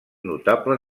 notable